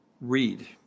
Read